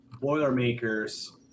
Boilermakers